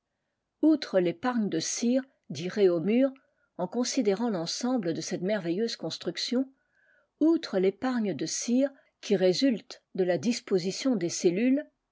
outre l'épargne de cire dit réaumur en considérant l'ensemble de cette merveilleuse construction outre l'épargne de cire qui résulte de là disposition des cellules